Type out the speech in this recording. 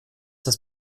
das